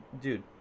dude